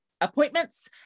appointments